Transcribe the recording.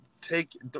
take